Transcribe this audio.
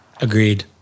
Agreed